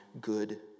good